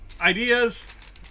ideas